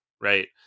right